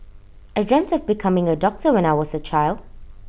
I dreamt of becoming A doctor when I was A child